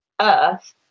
earth